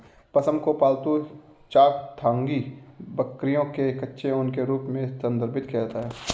पश्म को पालतू चांगथांगी बकरियों के कच्चे ऊन के रूप में संदर्भित किया जाता है